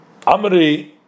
Amri